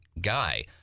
guy